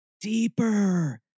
deeper